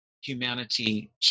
humanity